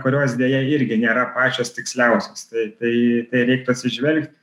kurios deja irgi nėra pačios tiksliausios tai reiktų atsižvelgti